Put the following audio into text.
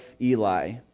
Eli